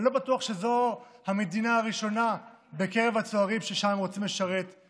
אני לא בטוח שזו המדינה הראשונה בקרב הצוערים שהם רוצים לשרת בה